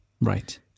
Right